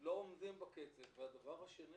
לא עומדים בקצב, והדבר השני